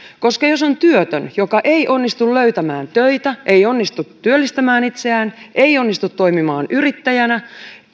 koska jos on työtön joka ei onnistu löytämään töitä ei onnistu työllistämään itseään ei onnistu toimimaan yrittäjänä